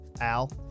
Al